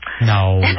No